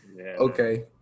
Okay